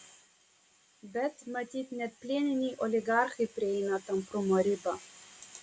bet matyt net plieniniai oligarchai prieina tamprumo ribą